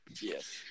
Yes